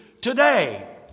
today